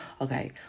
Okay